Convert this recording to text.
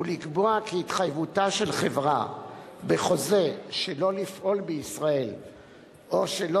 ולקבוע כי התחייבותה של חברה בחוזה שלא לפעול בישראל או שלא